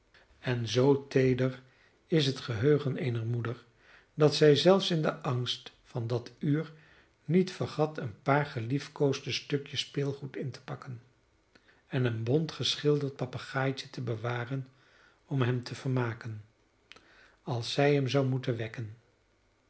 en zoo teeder is het geheugen eener moeder dat zij zelfs in den angst van dat uur niet vergat een paar geliefkoosde stukjes speelgoed in te pakken en een bont geschilderd papegaaitje te bewaren om hem te vermaken als zij hem zou moeten wekken